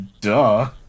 Duh